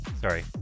Sorry